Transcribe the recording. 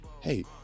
Hey